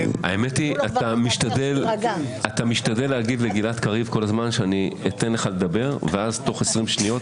אתה משתדל להגיב כל הזמן לגלעד קריב ותוך 20 שניות,